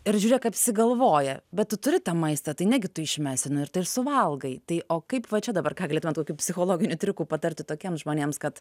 ir žiūrėk apsigalvoja bet tu turi tą maistą tai negi tu išmesi nu ir ir suvalgai tai o kaip va čia dabar ką galėtumėt tokių psichologinių triukų patarti tokiems žmonėms kad